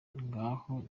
ngaho